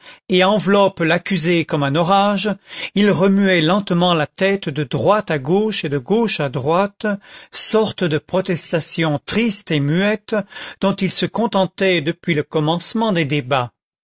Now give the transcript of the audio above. et enveloppe l'accusé comme un orage il remuait lentement la tête de droite à gauche et de gauche à droite sorte de protestation triste et muette dont il se contentait depuis le commencement des débats